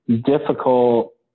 difficult